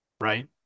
Right